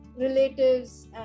relatives